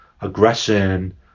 aggression